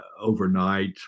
overnight